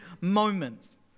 moments